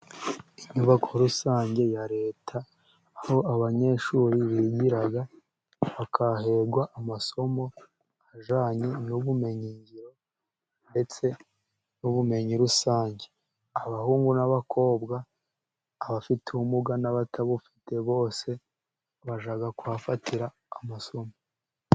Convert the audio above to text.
Inyubako rusange ya reta aho abanyeshuri bigira bakaha hererwa amasomo ajyanye n'ubumenyingiro ndetse n'ubumenyi rusange, abahungu n'abakobwa, abafite ubumuga n'abatabufite bose bajya kuhafatira amasomo.